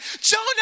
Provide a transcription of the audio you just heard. Jonah